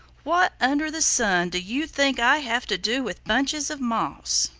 what under the sun do you think i have to do with bunches of moss?